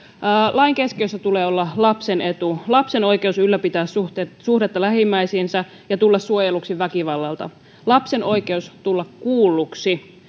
lain keskiössä tulee olla lapsen etu lapsen oikeus ylläpitää suhdetta lähimmäisiinsä ja tulla suojelluksi väkivallalta lapsen oikeus tulla kuulluksi